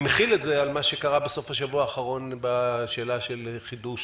אני מחיל את זה על מה שקרה בסוף השבוע האחרון בשאלה של חידוש